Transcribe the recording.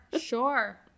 Sure